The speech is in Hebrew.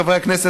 חברי הכנסת,